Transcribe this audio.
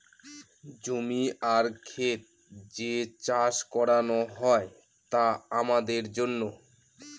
জমি আর খেত যে চাষ করানো হয় তা আমাদের জন্য